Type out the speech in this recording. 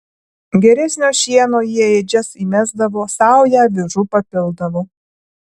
geresnio šieno į ėdžias įmesdavo saują avižų papildavo